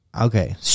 okay